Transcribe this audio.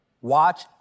watch